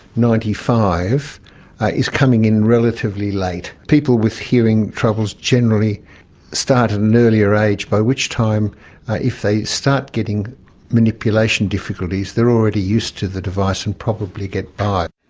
ninety five is coming in relatively late people with hearing troubles generally start at an earlier age, by which time if they start getting manipulation difficulties they are already used to the device and probably get by.